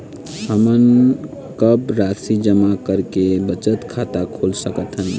हमन कम राशि जमा करके बचत खाता खोल सकथन?